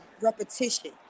repetition